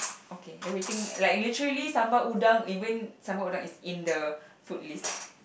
okay everything like literally sambal-udang even sambal-udang is in the food list